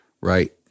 right